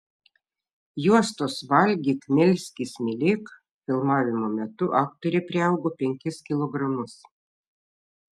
juostos valgyk melskis mylėk filmavimo metu aktorė priaugo penkis kilogramus